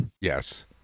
Yes